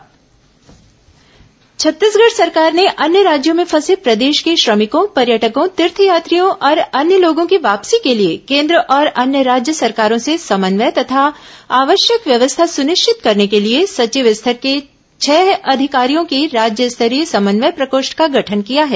corona वापसी प्रकोष्ठ छत्तीसगढ़ सरकार ने अन्य राज्यों में फंसे प्रदेश के श्रमिकों पर्यटकों तीर्थयात्रियों और अन्य लोगों की वापसी के लिए केन्द्र और अन्य राज्य सरकारों से समन्वय तथा आवश्यक व्यवस्था सुनिश्चित करने के लिए सचिव स्तर के छह अधिकारियों की राज्य स्तरीय समन्वय प्रकोष्ठ का गठन किया है